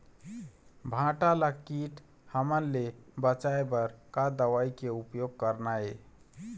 भांटा ला कीट हमन ले बचाए बर का दवा के उपयोग करना ये?